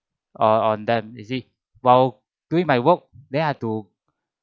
uh on them you see while doing my work then I have to